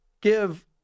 give